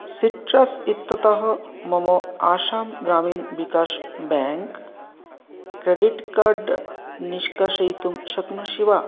citrus इत्यतः मम Assam Gramin Vikas bank credit card निष्कशयितुं शक्नोषि वा